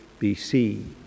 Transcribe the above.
BC